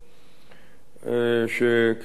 שכפי שאנחנו זוכרים,